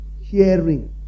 Hearing